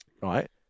right